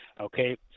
Okay